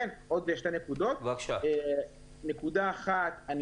נקודה נוספת.